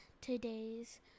today's